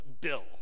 Bill